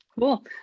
Cool